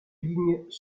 lignes